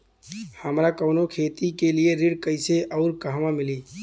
हमरा कवनो खेती के लिये ऋण कइसे अउर कहवा मिली?